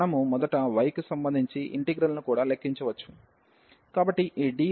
మనము మొదట yకి సంబంధించి ఇంటిగ్రల్ ను కూడా లెక్కించవచ్చు కాబట్టి ఈ dy